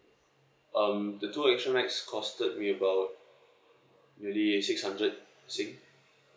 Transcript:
um the two extra nights costed me about nearly six hundred singapore